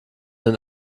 den